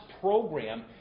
program